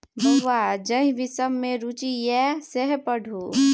बौंआ जाहि विषम मे रुचि यै सैह पढ़ु